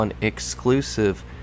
exclusive